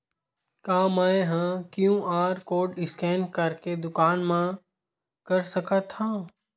का मैं ह क्यू.आर कोड स्कैन करके दुकान मा कर सकथव?